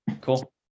cool